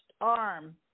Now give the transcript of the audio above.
arm